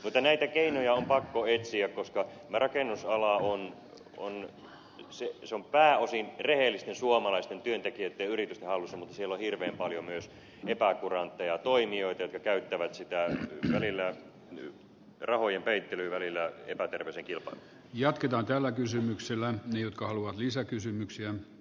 mutta näitä keinoja on pakko etsiä koska tämä rakennusala on pääosin rehellisten suomalaisten työntekijöitten ja yritysten hallussa mutta siellä on hirveän paljon myös epäkurantteja toimijoita jotka käyttävät sitä välillä rahojen peittelyyn välillä epäterveeseenkilpaa jatketaan tällä kysymyksellä jotka haluan lisäkysymyksiä